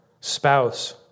spouse